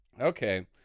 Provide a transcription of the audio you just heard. Okay